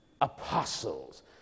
Apostles